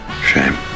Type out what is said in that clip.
Shame